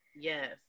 Yes